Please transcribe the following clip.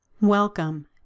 Welcome